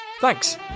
Thanks